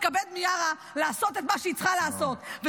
שתתכבד מיארה לעשות את מה שהיא צריכה לעשות -- תודה רבה.